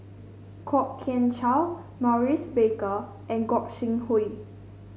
Kwok Kian Chow Maurice Baker and Gog Sing Hooi